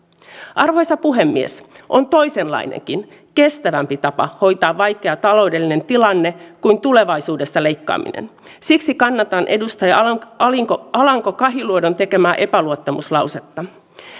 arvoisa puhemies on toisenlainenkin kestävämpi tapa hoitaa vaikea taloudellinen tilanne kuin tulevaisuudesta leikkaaminen siksi kannatan edustaja alanko alanko kahiluodon tekemää epäluottamuslausetta